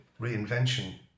reinvention